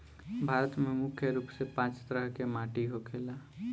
भारत में मुख्य रूप से पांच तरह के माटी होखेला